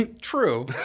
True